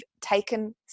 taken